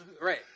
Right